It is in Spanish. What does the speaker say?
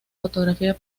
fotografía